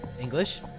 English